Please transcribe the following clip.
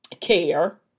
care